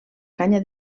canya